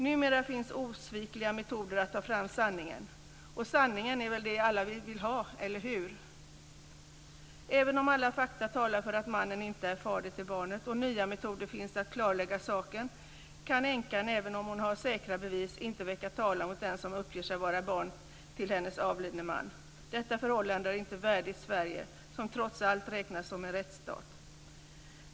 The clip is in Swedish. Numera finns osvikliga metoder att ta fram sanningen och sanningen är det alla vill ha, eller hur? Även om alla fakta talar för att mannen inte är fader till barnet och nya metoder finns att klarlägga saken kan änkan, även om hon har säkra bevis, inte väcka talan mot den som uppger sig vara barn till hennes avlidne man. Detta förhållande är inte värdigt Sverige, som trots allt räknas som en rättsstat.